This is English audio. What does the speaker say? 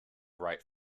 right